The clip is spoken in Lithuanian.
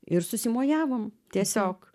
ir susimojavom tiesiog